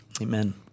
Amen